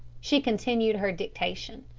she continued her dictation.